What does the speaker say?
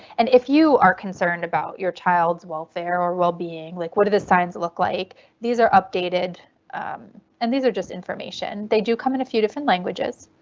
and if you are concerned concerned about your child's welfare or, well being like, what are the signs look like these are updated and these are just information. they do come in a few different languages,